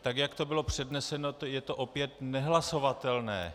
Tak jak to bylo předneseno, je to opět nehlasovatelné.